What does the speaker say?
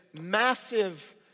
massive